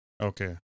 Okay